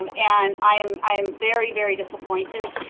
um and i am i am very very disappointed,